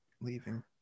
leaving